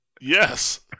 yes